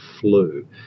flu